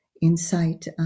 insight